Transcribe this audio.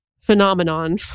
phenomenon